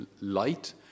light